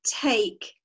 take